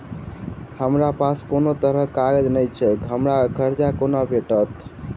हमरा पास कोनो तरहक कागज नहि छैक हमरा कर्जा कोना भेटत?